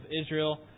Israel